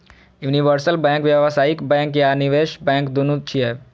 universal bank व्यावसायिक bank आ निवेश बैंक, दुनू छियै